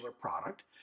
product